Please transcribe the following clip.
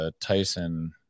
Tyson